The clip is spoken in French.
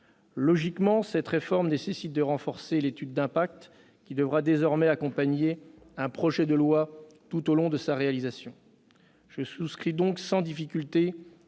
Logiquement, cette réforme nécessite de renforcer l'étude d'impact qui devra désormais accompagner un projet tout au long de sa réalisation. Je souscris donc sans difficulté